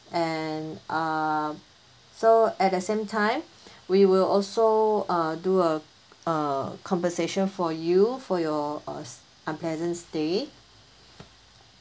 and um so at the same time we will also uh do a a compensation for you for your uh unpleasant stay